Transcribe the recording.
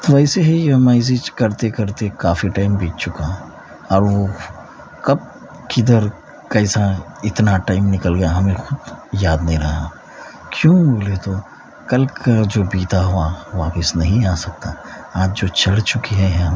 ویسے ہی میں اس بیچ کرتے کرتے کافی ٹائم بیت چکا ہوں اور وہ کب کدھر کیسا اتنا ٹائم نکل گیا ہمیں یاد نہیں رہا کیوں بولے تو کل کا جو بیتا ہوا واپس نہیں آ سکتا آج جو چڑھ چکے ہیں ہم